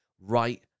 right